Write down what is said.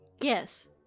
Yes